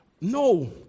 No